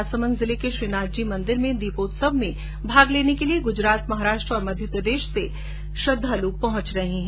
राजसमंद जिले के श्रीनाथजी मन्दिर में दीपोत्सव में भाग लेने के लिए गुजरात महाराष्ट्र और मध्यप्रदेश से श्रद्वालू पहुंचे है